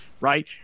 right